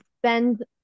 spend